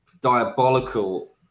diabolical